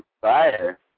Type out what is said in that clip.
fire